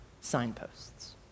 signposts